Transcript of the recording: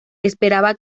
esperaba